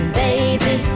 baby